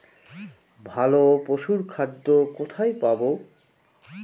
ভালো পশুর খাদ্য কোথায় পাবো?